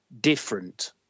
different